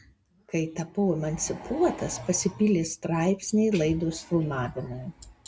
kai tapau emancipuotas pasipylė straipsniai laidos filmavimai